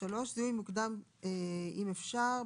(3)זיהוי מוקדם אם אפשר,